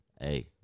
Hey